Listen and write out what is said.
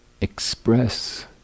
express